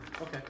Okay